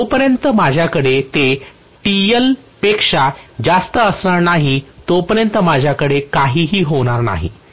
तर जोपर्यंत माझ्याकडे ते पेक्षा जास्त असणार नाही तोपर्यंत माझ्याकडे काहीही होणार नाहीत